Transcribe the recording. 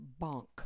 Bonk